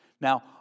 Now